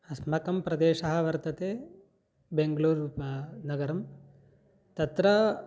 अस्माकं प्रदेशः वर्तते बेङ्ग्ळूर् नगरं तत्र